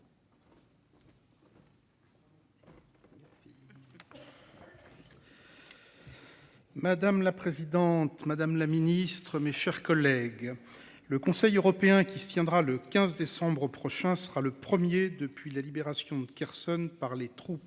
Madame la présidente Madame la Ministre, mes chers collègues. Le Conseil européen qui se tiendra le 15 décembre prochain, ce sera le 1er depuis la libération de Kherson par les troupes